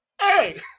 Hey